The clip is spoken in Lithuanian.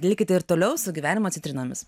likite ir toliau su gyvenimo citrinomis